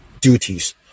duties